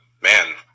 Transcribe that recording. man